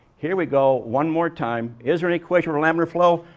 here we go, one more time, is there an equation for laminar flow?